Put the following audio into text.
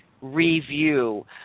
review